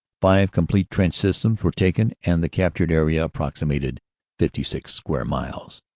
five complete trench systems were taken and the captured area approxitnated fifty six square miles,